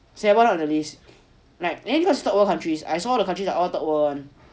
it's on one of the list like never stop all countries I saw the country the odd one